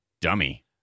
dummy